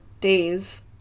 days